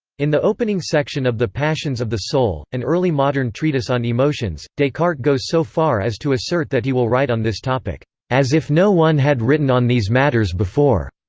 in the opening section of the passions of the soul, an early modern treatise on emotions, descartes goes so far as to assert that he will write on this topic as if no one had written on these matters before.